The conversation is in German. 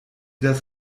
das